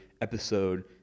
episode